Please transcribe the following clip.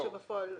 לא.